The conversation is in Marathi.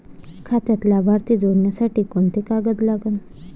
खात्यात लाभार्थी जोडासाठी कोंते कागद लागन?